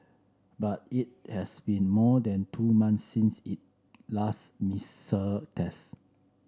but it has been more than two months since it last missile test